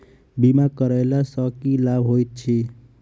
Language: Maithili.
बीमा करैला सअ की लाभ होइत छी?